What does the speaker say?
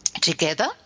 Together